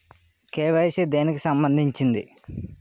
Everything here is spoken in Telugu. కే.వై.సీ దేనికి సంబందించింది?